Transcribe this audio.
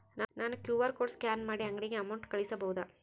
ನಾನು QR code scan ಮಾಡಿ ಅಂಗಡಿಗೆ ಅಮೌಂಟ್ ಕಳಿಸಬಹುದಾ?